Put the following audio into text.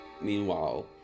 meanwhile